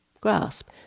Grasp